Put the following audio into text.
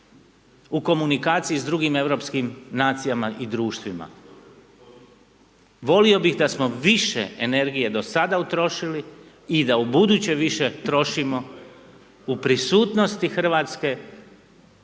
u komunikaciji s drugim europskim nacijama i društvima. Volio bih da smo više energije do sada utrošili i da u buduće više trošimo u prisutnosti Hrvatske,